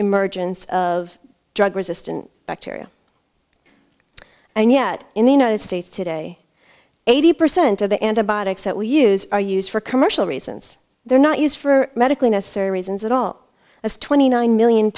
emergence of drug resistant bacteria and yet in the united states today eighty percent of the antibiotics that we use are used for commercial reasons they're not used for medically necessary reasons at all as twenty nine million